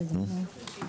בבקשה,